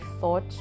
thought